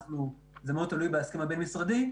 זה מאוד תלוי בהסכם הבין משרדי,